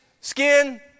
Skin